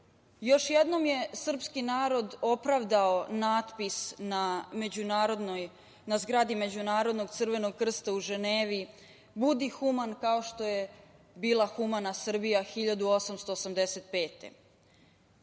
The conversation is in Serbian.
Još jednom je srpski narod opravdao natpis na zgradi Međunarodnog Crvenog krsta u Ženevi: „Budi human kao što je bila humana Srbija 1885.